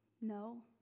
No